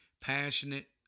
passionate